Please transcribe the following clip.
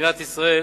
מדינת ישראל